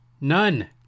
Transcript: None